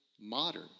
modern